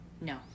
No